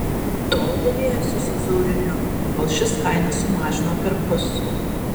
tol derėjosi su zauriniu kol šis kainą sumažino perpus